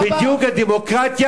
בדיוק הדמוקרטיה,